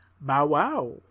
Bow-wow